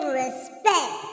respect